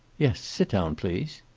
yes. sit down, please.